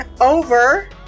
over